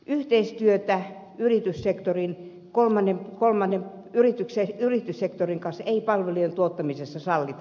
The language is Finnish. yhteistyötä yrityssektorin kanssa ei palvelujen tuottamisessa sallita